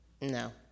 no